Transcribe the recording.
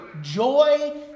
joy